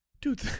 dude